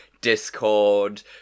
Discord